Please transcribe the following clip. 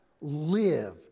live